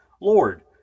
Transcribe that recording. Lord